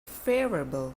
favorable